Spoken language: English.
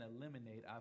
eliminate